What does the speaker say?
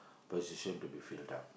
position to be filled up